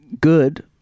good